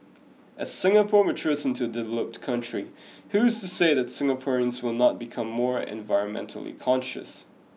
as Singapore matures into a developed country who is to say that Singaporeans will not become more environmentally conscious